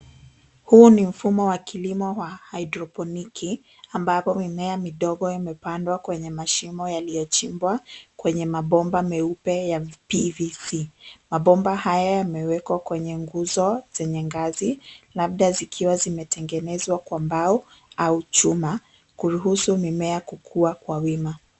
Huu ni mfumo wa kilimo wa haidroponiki ambapo mimea midogo imepandwa kwenye mashimo yaliyochimbwa kwenye mabomba meupe ya PVC . Mabomba haya yamewekwa kwenye nguzo zenye ngazi, labda zikiwa zimetengenezwa kwa mbao au chuma, kuruhusu mimea kukua kwa wima.